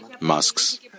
masks